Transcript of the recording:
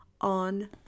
on